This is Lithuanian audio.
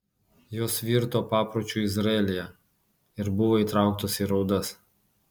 jos virto papročiu izraelyje ir buvo įtrauktos į raudas